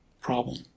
problem